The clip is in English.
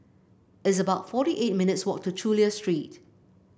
it's about forty eight minutes' walk to Chulia Street